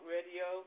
Radio